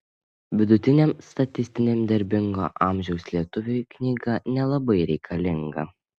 vidutiniam statistiniam darbingo amžiaus lietuviui knyga nelabai reikalinga